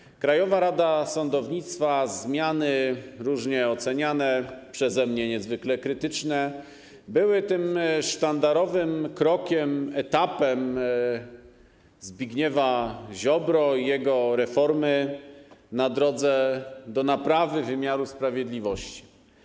Zmiany w Krajowej Radzie Sądownictwa, różnie oceniane, przeze mnie niezwykle krytycznie, były tym sztandarowym krokiem, etapem Zbigniewa Ziobry i jego reformy na drodze do naprawy wymiaru sprawiedliwości.